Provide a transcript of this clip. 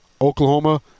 Oklahoma